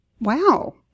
Wow